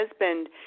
husband